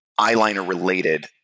eyeliner-related